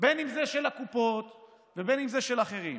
בין אם זה של הקופות ובין אם זה של אחרים.